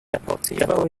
deportivo